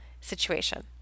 situation